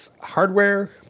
hardware